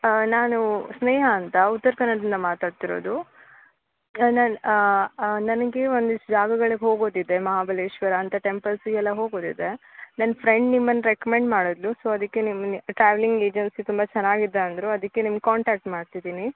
ಹಾಂ ನಾನು ಸ್ನೇಹ ಅಂತ ಉತ್ತರ ಕನ್ನಡದಿಂದ ಮಾತಾಡ್ತಿರೋದು ಆ ನನ್ನ ನನಗೆ ಒಂದಿಷ್ಟು ಜಾಗಗಳಿಗೆ ಹೋಗೋದಿದೆ ಮಹಾಬಲೇಶ್ವರ ಅಂಥ ಟೆಂಪಲ್ಸಿಗೆಲ್ಲ ಹೋಗೋದಿದೆ ನನ್ನ ಫ್ರೆಂಡ್ ನಿಮ್ಮನ್ನು ರೆಕ್ಮೆಂಡ್ ಮಾಡಿದ್ಲು ಸೋ ಅದಕ್ಕೆ ನಿಮ್ಮನ್ನು ಟ್ರಾವೆಲಿಂಗ್ ಏಜೆನ್ಸಿ ತುಂಬ ಚೆನ್ನಾಗಿದೆ ಅಂದರು ಅದಕ್ಕೆ ನಿಮ್ಮ ಕಾಂಟ್ಯಾಕ್ಟ್ ಮಾಡ್ತಿದ್ದೀನಿ